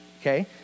Okay